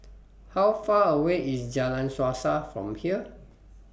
How Far away IS Jalan Suasa from here